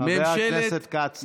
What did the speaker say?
חבר הכנסת כץ, תודה.